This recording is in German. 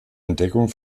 entdeckung